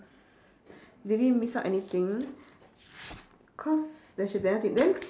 did we miss out anything cause there should be another thing then